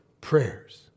prayers